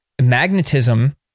magnetism